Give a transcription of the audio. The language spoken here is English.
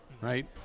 right